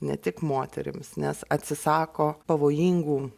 ne tik moterims nes atsisako pavojingų